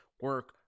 Work